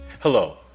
Hello